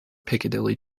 piccadilly